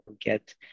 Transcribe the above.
get